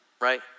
right